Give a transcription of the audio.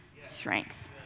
strength